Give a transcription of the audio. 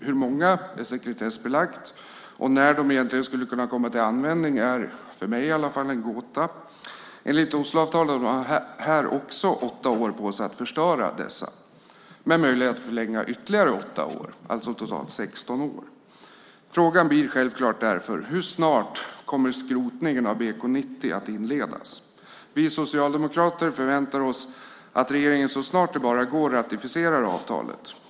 Hur många det finns är sekretessbelagt, och när de skulle kunna komma till användning är åtminstone för mig en gåta. Enligt Osloavtalet har man även här 8 år på sig att förstöra dem, med möjlighet till förlängning i ytterligare 8 år, alltså totalt 16 år. Frågan blir självklart: Hur snart kommer skrotningen av bombkapsel 90 att inledas? Vi socialdemokrater förväntar oss att regeringen så snart det bara är möjligt ratificerar avtalet.